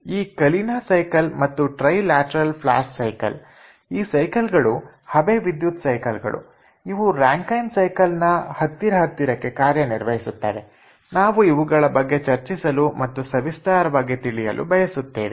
ಈ Kalina cycle ಮತ್ತು trilateral flash cycle ಈ ಸೈಕಲ್ ಗಳು ಹಬೆ ವಿದ್ಯುತ್ ಸೈಕಲ್ ಗಳು ಇವು ರಾಂಕೖೆನ್ ಸೈಕಲ್ ನ ಹತ್ತಿರ ಹತ್ತಿರಕ್ಕೆ ಕಾರ್ಯನಿರ್ವಹಿಸುತ್ತವೆ ನಾವು ಇವುಗಳ ಬಗ್ಗೆ ಚರ್ಚಿಸಲು ಮತ್ತು ಸವಿಸ್ತಾರವಾಗಿ ತಿಳಿಯಲು ಬಯಸುತ್ತೇವೆ